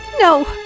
No